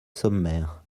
sommaire